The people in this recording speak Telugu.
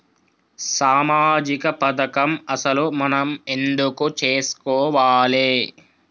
సామాజిక పథకం అసలు మనం ఎందుకు చేస్కోవాలే?